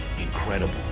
incredible